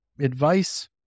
advice